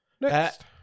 Next